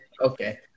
Okay